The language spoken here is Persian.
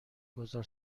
گذار